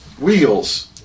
Wheels